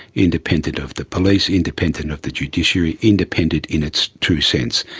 independent of the police, independent of the judiciary, independent in its true sense,